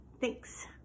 Thanks